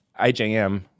IJM